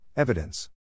Evidence